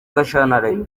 gashyantare